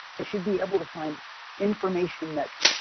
they should be able to find information that's